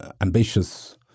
ambitious